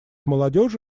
молодежи